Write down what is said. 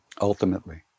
ultimately